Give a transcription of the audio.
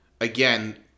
again